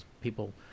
people